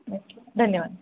okay धन्यवाद